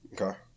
Okay